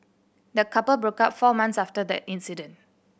the couple broke up four months after the incident